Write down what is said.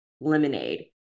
lemonade